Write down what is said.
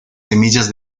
semillas